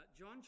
John